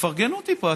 תפרגנו טיפה.